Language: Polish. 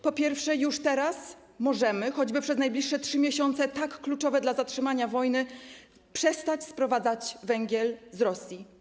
Po pierwsze, już teraz możemy, choćby przez najbliższe 3 miesiące tak kluczowe dla zatrzymania wojny, przestać sprowadzać węgiel z Rosji.